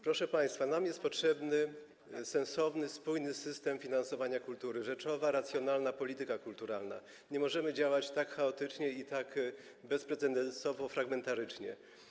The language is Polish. Proszę państwa, nam jest potrzeby sensowny, spójny system finansowania kultury, rzeczowa, racjonalna polityka kulturalna, nie możemy działać tak chaotycznie i tak bezprecedensowo, fragmentarycznie.